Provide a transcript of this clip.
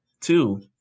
Two